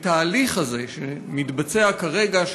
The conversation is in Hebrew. את ההליך הזה שמתבצע כרגע,